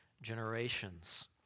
Generations